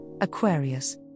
Aquarius